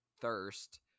thirst